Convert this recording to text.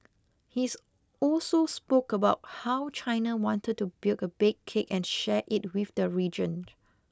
he's also spoke about how China wanted to build a big cake and share it with the region